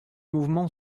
mouvement